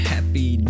Happy